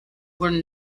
were